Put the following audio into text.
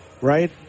right